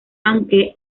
aunque